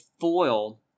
foil